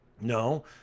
no